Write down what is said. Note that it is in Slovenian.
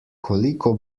koliko